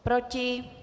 Proti?